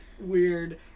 weird